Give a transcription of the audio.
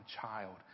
child